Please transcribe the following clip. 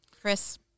Chris